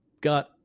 got